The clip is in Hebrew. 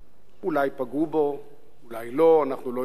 אולי פגעו בו, אולי לא, אנחנו לא יודעים,